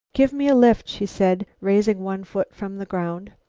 give me a lift, she said, raising one foot from the ground.